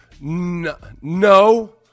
No